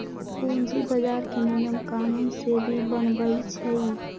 पूंजी बजार के नियम कानून सेबी बनबई छई